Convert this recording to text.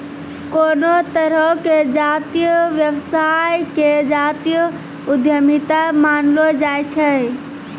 कोनो तरहो के जातीय व्यवसाय के जातीय उद्यमिता मानलो जाय छै